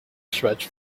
stretch